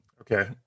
Okay